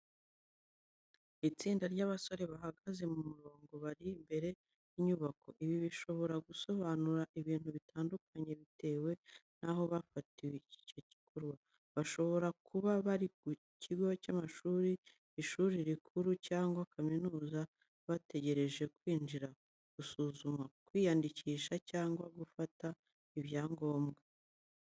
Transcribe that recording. Itsinda ry’abasore bahagaze mu murongo bari imbere y’inyubako. Ibi bishobora gusobanura ibintu bitandukanye bitewe n'aho bafatiwe n'icyo bari gukora. Bashobora kuba bari ku kigo cy'amashuri, ishuri rikuru cyangwa kaminuza, bategereje kwinjira, gusuzumwa, kwiyandikisha cyangwa gufata ibyangombwa.